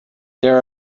there